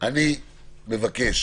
מבקש